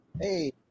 hey